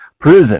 prison